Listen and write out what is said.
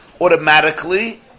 automatically